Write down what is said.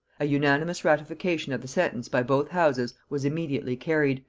unanimous ratification of the sentence by both houses was immediately carried,